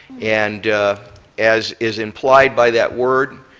and as is implied by that word,